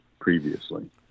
previously